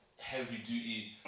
heavy-duty